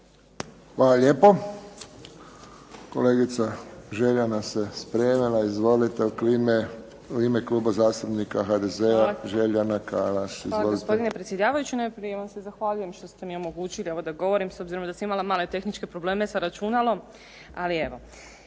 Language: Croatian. Hvala lijepo. Kolegica Željana se spremila, izvolite u ime Kluba zastupnika HDZ-a Željana Kalaš. Izvolite. **Podrug, Željana (HDZ)** Hvala gospodine predsjedavajući. Najprije vam se zahvaljujem što ste mi omogući da govorim s obzirom da sam imala male tehničke probleme sa računalom, ali evo.